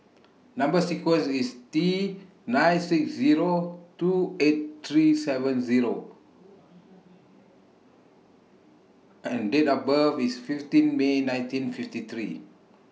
Number sequence IS T nine six Zero two eight three seven Zero and Date of birth IS fifteen May nineteen fifty three